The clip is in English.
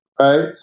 right